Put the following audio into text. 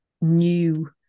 new